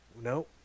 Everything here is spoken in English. no